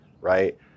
right